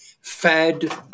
Fed